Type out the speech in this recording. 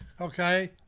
okay